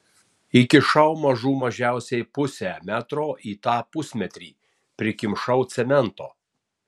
įkišau mažų mažiausiai pusę metro ir tą pusmetrį prikimšau cemento